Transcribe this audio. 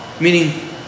Meaning